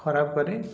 ଖରାପ କରେ